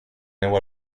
neu